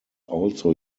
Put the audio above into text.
also